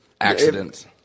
accidents